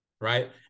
right